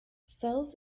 cells